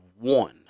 one